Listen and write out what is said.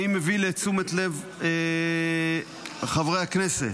אני מביא לתשומת לב חברי הכנסת,